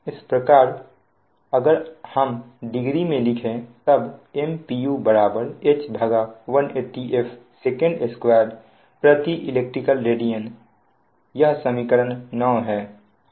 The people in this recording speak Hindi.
इस प्रकार अगर हम डिग्री में लिखे तब M pu H180f sec2 elect degree यह समीकरण 9 है